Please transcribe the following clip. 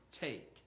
take